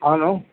hello